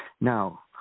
Now